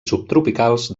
subtropicals